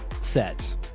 set